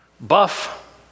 Buff